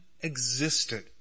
existed